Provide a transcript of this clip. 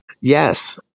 Yes